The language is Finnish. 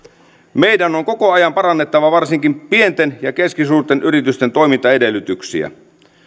meidän on koko ajan parannettava varsinkin pienten ja keskisuurten yritysten toimintaedellytyksiä